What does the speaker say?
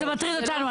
זה מטריד אותנו,